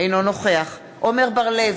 אינו נוכח עמר בר-לב,